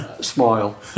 smile